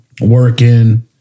Working